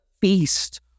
feast